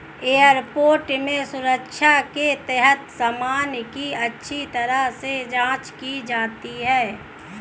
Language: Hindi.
एयरपोर्ट में सुरक्षा के तहत सामान की अच्छी तरह से जांच की जाती है